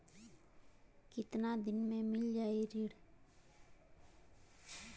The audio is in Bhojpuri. कितना दिन में मील जाई ऋण?